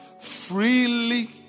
freely